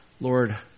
Lord